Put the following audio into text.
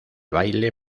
baile